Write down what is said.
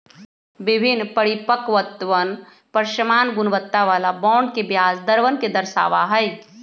विभिन्न परिपक्वतवन पर समान गुणवत्ता वाला बॉन्ड के ब्याज दरवन के दर्शावा हई